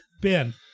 Ben